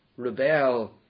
rebel